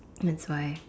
that's why